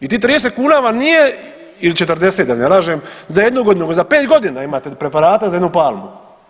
I tih 30 kuna vam nije ili 40 da ne lažem za jednu godinu, nego za pet godina imate preparata za jednu palmu.